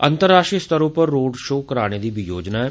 अंतर्राश्ट्रीय स्तर उप्पर रोड शो कराने दी बी योजना ऐ